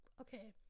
Okay